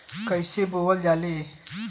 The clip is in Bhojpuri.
कईसे बोवल जाले?